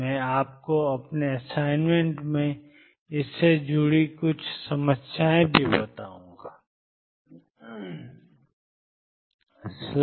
मैं आपको अपने असाइनमेंट में इससे जुड़ी कुछ समस्याएं भी बताऊंगा